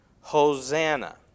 Hosanna